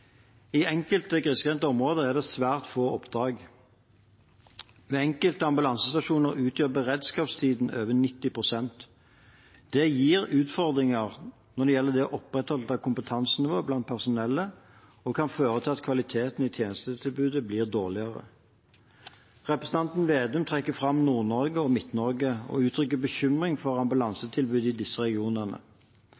I enkelte grisgrendte områder er det svært få oppdrag. Ved enkelte ambulansestasjoner utgjør beredskapstiden over 90 pst. Det gir utfordringer når det gjelder det å opprettholde kompetansenivået blant personellet, og kan føre til at kvaliteten i tjenestetilbudet blir dårligere. Representanten Slagsvold Vedum trekker fram Nord-Norge og Midt-Norge og uttrykker bekymring for